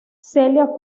celia